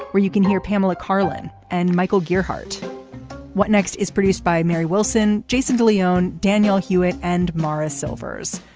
where you can hear pamela karlan and michael gearhart what next? is produced by mary wilson. jason de leon. danielle hewitt and morris silvers.